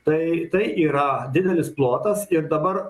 tai tai yra didelis plotas ir dabar